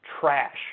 trash